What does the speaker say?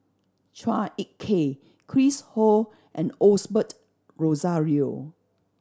Chua Ek Kay Chris Ho and Osbert Rozario